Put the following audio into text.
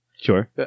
Sure